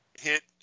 hit